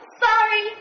sorry